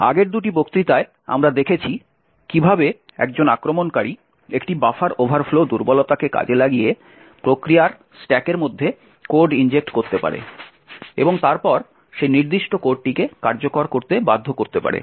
আগের দুটি বক্তৃতায় আমরা দেখেছি কিভাবে একজন আক্রমণকারী একটি বাফার ওভারফ্লো দুর্বলতাকে কাজে লাগিয়ে প্রক্রিয়ার স্ট্যাকের মধ্যে কোড ইনজেক্ট করতে পারে এবং তারপর সেই নির্দিষ্ট কোডটিকে কার্যকর করতে বাধ্য করতে পারে